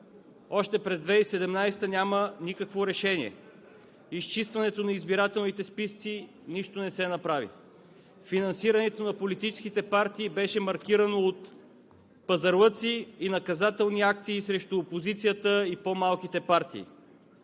още през 2017 г., няма никакво решение. Изчистването на избирателните списъци – нищо не се направи. Финансирането на политическите партии беше маркирано от пазарлъци и наказателни акции срещу опозицията и по-малките партии.